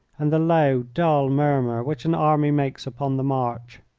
and the low, dull murmur which an army makes upon the march.